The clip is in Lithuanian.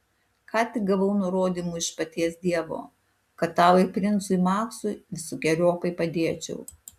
ką tik gavau nurodymų iš paties dievo kad tau ir princui maksui visokeriopai padėčiau